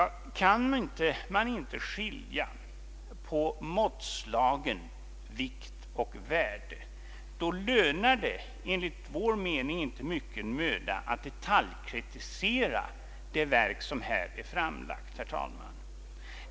Kan man inte skilja på måttslagen, värde och vikt, då lönar det enligt vår mening inte mycken möda att detaljkritisera det verk som här är framlagt.